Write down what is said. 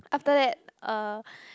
after that uh